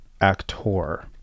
Actor